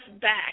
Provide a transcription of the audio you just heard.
back